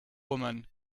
woman